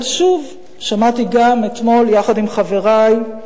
אבל שוב שמעתי גם אתמול, יחד עם חברי,